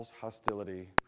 hostility